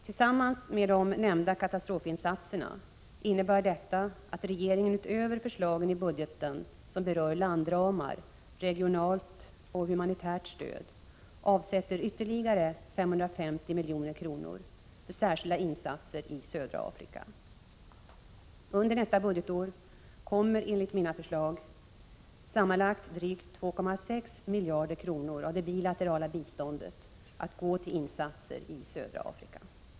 Tillsammans med de nämnda katastrofinsatserna innebär detta att regeringen utöver förslagen i budgeten som rör landramar, regionalt och humanitärt stöd avsätter ytterligare omkring 550 milj.kr. för särskilda insatser i södra Afrika. Under nästa budgetår kommer enligt mina förslag sammanlagt drygt 2,6 miljarder kronor av det bilaterala biståndet att gå till insatser i södra Afrika.